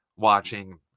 watching